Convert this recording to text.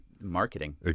marketing